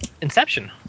Inception